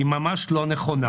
היא ממש לא נכונה.